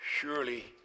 Surely